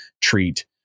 treat